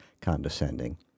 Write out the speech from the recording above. condescending